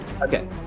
Okay